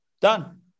Done